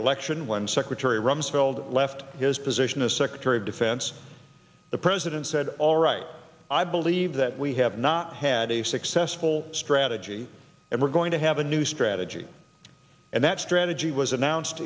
election when secretary rumsfeld left his position as secretary of defense the president said all right i believe that we have not had a successful strategy and we're going to have a new strategy and that strategy was announced